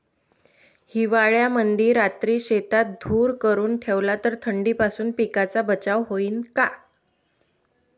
हिवाळ्यामंदी रात्री शेतात धुर करून ठेवला तर थंडीपासून पिकाचा बचाव होईन का?